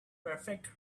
perfect